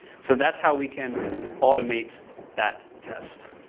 so that's how we can automate that test.